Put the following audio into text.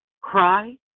cry